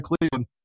Cleveland